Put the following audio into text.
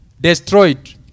destroyed